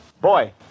Boy